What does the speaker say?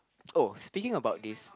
oh speaking about this